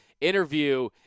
interview